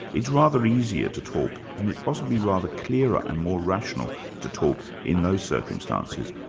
it's rather easier to talk, and it's possibly rather clearer and more rational to talk in those circumstances,